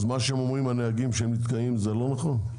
אז מה שאומרים הנהגים שהם נתקעים זה לא נכון?